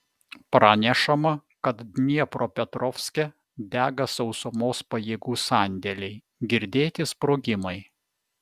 pranešama kad dniepropetrovske dega sausumos pajėgų sandėliai girdėti sprogimai